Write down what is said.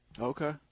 Okay